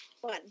One